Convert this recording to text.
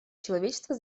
человечество